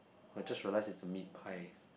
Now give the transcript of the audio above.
I just realised is a meat pie